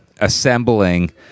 assembling